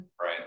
right